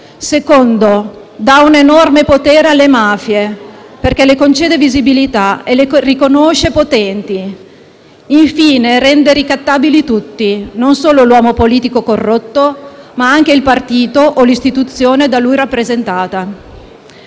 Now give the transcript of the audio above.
luogo, dà un enorme potere alle mafie, perché concede loro visibilità e le riconosce potenti; infine, rende ricattabili tutti, non solo l'uomo politico corrotto, ma anche il partito o l'istituzione da lui rappresentata.